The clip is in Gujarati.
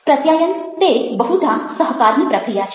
પ્રત્યાયન તે બહુધા સહકારની પ્રક્રિયા છે